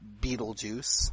Beetlejuice